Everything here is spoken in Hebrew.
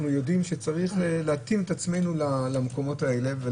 יודעים שצריך להתאים את עצמנו למקומות האלה.